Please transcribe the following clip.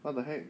what the heck